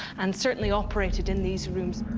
and certainly operated in these rooms.